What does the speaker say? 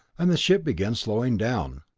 and the ship began slowing down.